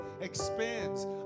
expands